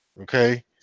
Okay